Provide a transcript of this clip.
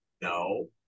no